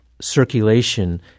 circulation